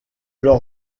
leur